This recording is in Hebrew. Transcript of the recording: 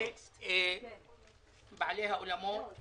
וזה בעלי האולמות.